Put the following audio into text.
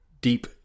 deep